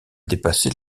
dépassé